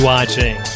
Watching